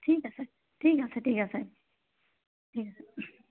ঠিক আছে ঠিক আছে ঠিক আছে ঠিক আছে